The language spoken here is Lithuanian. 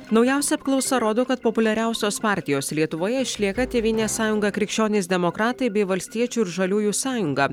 naujausia apklausa rodo kad populiariausios partijos lietuvoje išlieka tėvynės sąjunga krikščionys demokratai bei valstiečių ir žaliųjų sąjunga